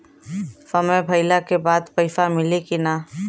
समय भइला के बाद पैसा मिली कि ना?